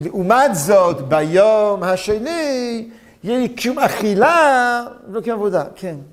לעומת זאת, ביום השני יהיה לי קיום אכילה וקיום עבודה, כן.